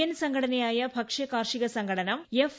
N സംഘടനയായ ഭക്ഷ്യ കാർഷിക സംഘടന എഫ്